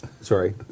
Sorry